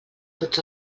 tots